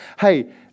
hey